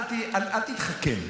אל תתחכם.